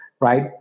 right